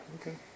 Okay